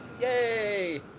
Yay